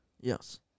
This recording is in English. Yes